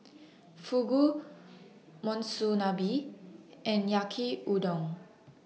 Fugu Monsunabe and Yaki Udon